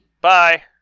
bye